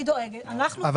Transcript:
אבל,